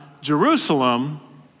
Jerusalem